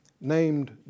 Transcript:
named